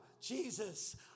Jesus